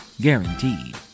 Guaranteed